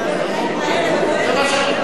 פוליטי זה מה שהקואליציה,